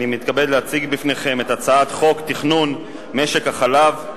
אני מתכבד להציג בפניכם את הצעת חוק תכנון משק החלב,